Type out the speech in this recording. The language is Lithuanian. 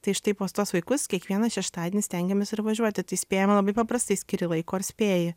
tai štai pas tuos vaikus kiekvieną šeštadienį stengiamės ir važiuoti tai spėjame labai paprastai skiri laiko ir spėji